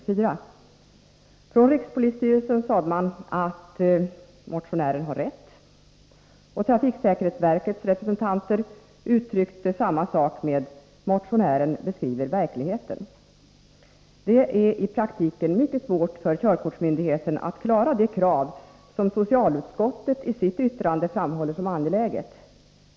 Från rikspolisstyrelsen sade man att ”motionären har rätt”, och trafiksäkerhetsverkets representanter uttryckte samma sak med att säga att ”motionären beskriver verkligheten”. Det är i praktiken mycket svårt för körkortsmyndigheten att klara det krav som socialutskottet i sitt yttrande framhåller som angeläget.